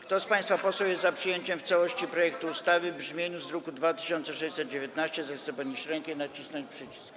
Kto z państwa posłów jest za przyjęciem w całości projektu ustawy w brzmieniu z druku nr 2619, zechce podnieść rękę i nacisnąć przycisk.